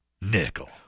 Nickel